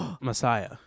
messiah